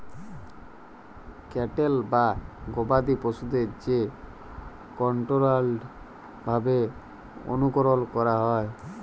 cattle বা গবাদি পশুদের যে কনটোরোলড ভাবে অনুকরল ক্যরা হয়